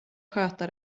sköta